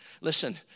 Listen